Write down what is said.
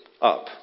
up